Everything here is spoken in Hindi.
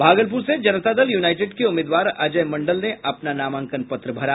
भागलपुर से जनता दल यूनाइटेड के उम्मीदवार अजय मंडल ने अपना नामांकन पत्र भरा